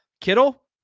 Kittle